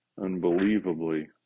unbelievably